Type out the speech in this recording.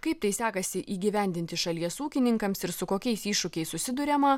kaip tai sekasi įgyvendinti šalies ūkininkams ir su kokiais iššūkiais susiduriama